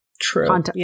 True